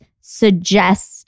suggest